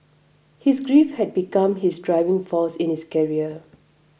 his grief had become his driving force in his career